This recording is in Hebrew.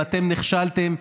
ואתם נכשלתם,